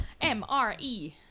M-R-E